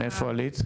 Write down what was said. מאיפה עלית?